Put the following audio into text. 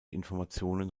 informationen